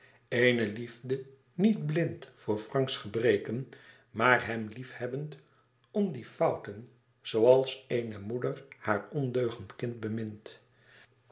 eene liefde niet blind voor franks gebreken maar hem liefhebbend m die fouten zooals eene moeder haar ondeugend kind bemint